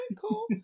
cool